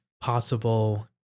possible